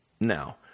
Now